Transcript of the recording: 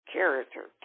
Character